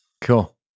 cool